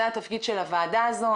זה התפקיד של הוועדה הזאת.